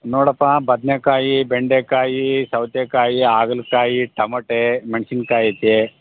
ನೋಡಪ್ಪ ಬದನೆಕಾಯಿ ಬೆಂಡೆಕಾಯಿ ಸೌತೆಕಾಯಿ ಹಾಗಲ್ಕಾಯಿ ಟಮಟೆ ಮೆಣ್ಸಿನಕಾಯಿ ಐತೆ